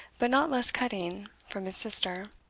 but not less cutting, from his sister.